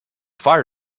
fire